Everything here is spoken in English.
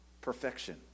perfection